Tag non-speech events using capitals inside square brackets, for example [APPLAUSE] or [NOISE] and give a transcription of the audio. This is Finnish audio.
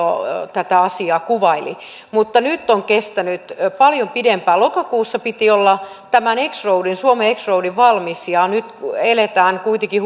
tätä asiaa kuvaili mutta nyt on kestänyt paljon pidempään lokakuussa piti olla tämän suomen kymmenennen roadin valmis ja nyt eletään kuitenkin [UNINTELLIGIBLE]